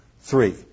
three